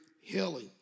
healing